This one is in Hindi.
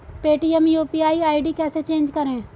पेटीएम यू.पी.आई आई.डी कैसे चेंज करें?